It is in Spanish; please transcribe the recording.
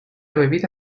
bebida